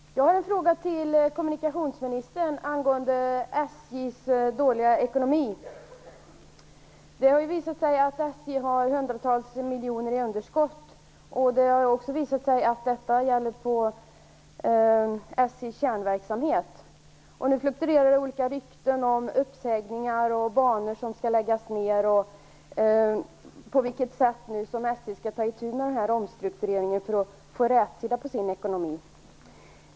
Herr talman! Jag har en fråga till kommunikationsministern angående SJ:s dåliga ekonomi. Det har ju visat sig att SJ har hundratals miljoner i underskott. Det har också visat sig att det gäller SJ:s kärnverksamhet. Nu fluktuerar det olika rykten om uppsägningar, banor som skall läggas ned och på vilket sätt SJ skall ta itu med omstruktureringen för att få rätsida på sin ekonomi.